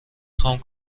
خوام